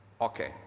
Okay